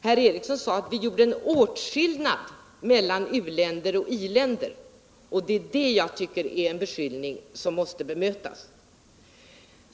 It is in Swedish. Han sade att vi gjorde en åtskillnad mellan u-länder och i-länder, och det är en beskyllning som måste bemötas.